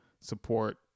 support